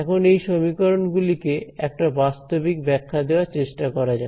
এখন এই সমীকরণ গুলি কে একটা বাস্তবিক ব্যাখ্যা দেওয়ার চেষ্টা করা যাক